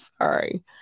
sorry